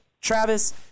Travis